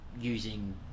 using